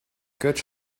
götsch